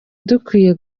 dukwiye